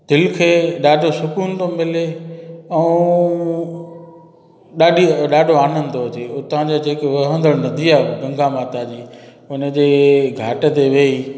दिलि खे ॾाढो सुकून थो मिले ऐं ॾाढी ॾाढो आनंदु थो हुजे हुतां जा जेके वहंदड़ु नदी आहे गंगा माता जी हुन जे घाट ते वेई